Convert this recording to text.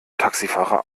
taxifahrer